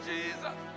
Jesus